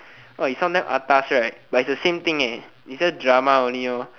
!wah! you sound damn atas right but it's the same thing eh is just drama only lor